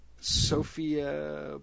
Sophia